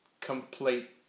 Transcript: complete